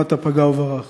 בתאונת פגע-וברח.